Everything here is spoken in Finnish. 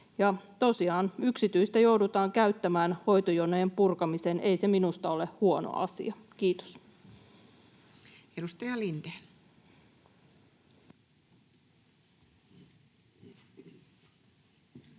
Ja tosiaan yksityistä joudutaan käyttämään hoitojonojen purkamiseen — ei se minusta ole huono asia. — Kiitos.